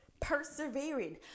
persevering